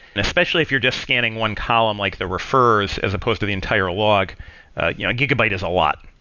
and especially if you're just scanning one column, like the refers as supposed to the entire log, you know a gigabyte is a lot.